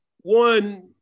one